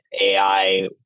AI